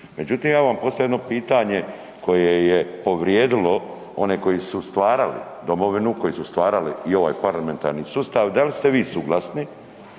Međutim, ja vam postavljam jedno pitanje koje je povrijedilo one koji su stvarali domovinu, koji su stvarali i ovaj parlamentarni sustav, da li ste vi suglasni